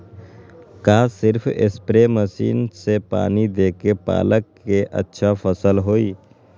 का सिर्फ spray machine से पानी देके पालक के अच्छा फसल होई?